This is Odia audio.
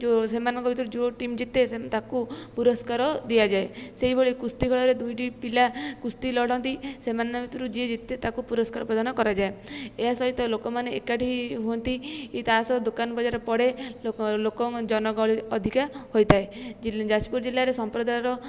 ଯେଉଁ ସେମାନଙ୍କ ଭିତରେ ଯେଉଁ ଟିମ୍ ଜିତେ ତାକୁ ପୁରସ୍କାର ଦିଆଯାଏ ସେଇଭଳି କୁସ୍ତି ଖଳାରେ ଦୁଇଟି ପିଲା କୁସ୍ତି ଲଢ଼ନ୍ତି ସେମାନଙ୍କ ଭିତରୁ ଯିଏ ଜିତେ ତାକୁ ପୁରସ୍କାର ପ୍ରଦାନ କରାଯାଏ ଏହାସହିତ ଲୋକମାନେ ଏକାଠି ହୁଅନ୍ତି ତା'ସହ ଦୋକାନ ବଜାର ପଡ଼େ ଲୋକ ଲୋକ ଜନଗହଳି ଅଧିକା ହୋଇଥାଏ ଯାଜପୁର ଜିଲ୍ଲାରେ ସମ୍ପ୍ରଦାୟର